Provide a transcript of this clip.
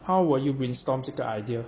how will you brainstorm 这个 idea